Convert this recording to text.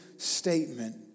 Statement